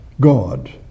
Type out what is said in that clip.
God